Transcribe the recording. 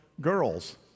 girls